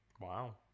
Wow